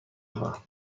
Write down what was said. خواهم